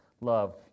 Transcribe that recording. love